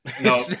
No